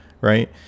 right